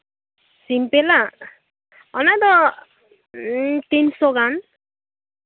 ᱥᱤᱢᱯᱮᱞᱟᱜ ᱚᱱᱟᱫᱚ ᱛᱤᱱᱥᱚ ᱜᱟᱱ